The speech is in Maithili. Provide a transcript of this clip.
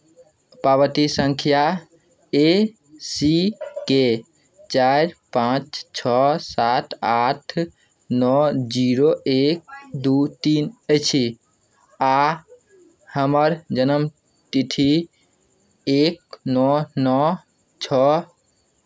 पावती सङ्ख्या ए सी के चारि पाँच छओ सात आठ नओ जीरो एक दू तीन अछि आ हमर जन्म तिथि एक नओ नओ छओ